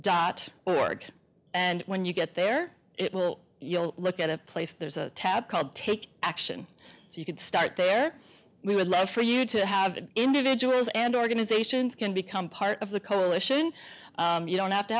dot org and when you get there it will you'll look at a place there's a tab called take action so you could start there we would love for you to have individuals and organizations can become part of the coalition you don't have to